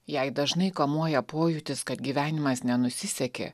jei dažnai kamuoja pojūtis kad gyvenimas nenusisekė